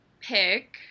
pick